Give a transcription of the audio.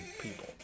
people